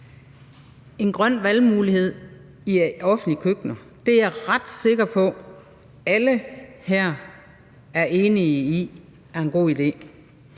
en grøn valgmulighed i alle offentlige køkkener er jeg ret sikker på alle her er enige i er en god ide.